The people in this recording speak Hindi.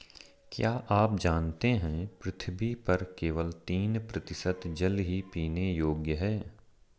क्या आप जानते है पृथ्वी पर केवल तीन प्रतिशत जल ही पीने योग्य है?